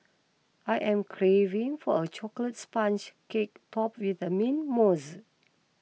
I am craving for a Chocolate Sponge Cake top with the Mint Mousse